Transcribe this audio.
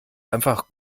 einfach